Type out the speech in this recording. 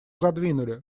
задвинули